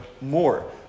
more